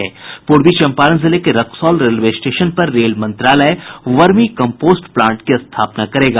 पूर्वी चंपारण जिले के रक्सौल रेलवे स्टेशन पर रेल मंत्रालय वर्मी कम्पोस्ट प्लांट की स्थापना करेगा